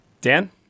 Dan